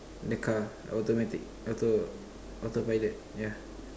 the car automatic auto auto pilot yeah